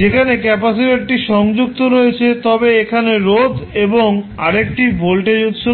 যেখানে ক্যাপাসিটারটি সংযুক্ত রয়েছে তবে এখানে রোধ এবং আবার একটি ভোল্টেজ উত্স রয়েছে